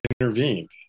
intervened